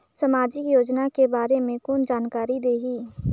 समाजिक योजना के बारे मे कोन जानकारी देही?